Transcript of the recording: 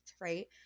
right